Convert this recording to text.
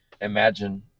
imagine